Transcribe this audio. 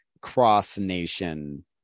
cross-nation